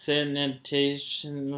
Sanitation